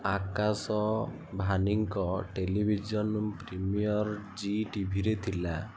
ଆକାଶ ଭାନିଙ୍କ television premiere Zee ଟିଭିରେ ଥିଲା